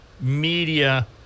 media